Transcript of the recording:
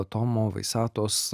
tomo vaisetos